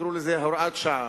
תקראו לזה הוראת שעה,